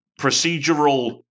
procedural